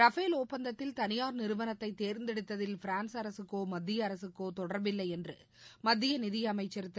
Rafale ஒப்பந்தத்தில் தனியாா் நிறுவனத்தை தேர்ந்தெடுத்ததில் பிரான்ஸ் அரக்கோ மத்திய அரகக்கோ தொடர்பில்லை என்று மத்திய நிதியமைச்சர் திரு